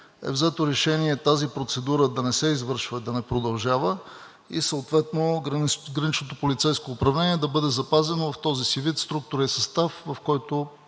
е взето решение тази процедура да не се извършва, да не продължава и съответно граничното полицейско управление да бъде запазено в този си вид, структура и състав, в който